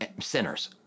sinners